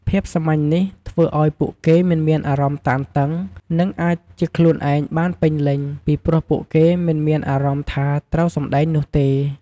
ភាពសាមញ្ញនេះ ធ្វើឲ្យពួកគេមិនមានអារម្មណ៍តានតឹង និងអាចជាខ្លួនឯងបានពេញលេញ ពីព្រោះពួកគេមិនមានអារម្មណ៍ថាត្រូវ 'សម្ដែង' នោះទេ។